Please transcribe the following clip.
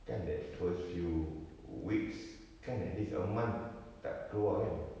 kan that first few weeks kan at least a month tak keluar kan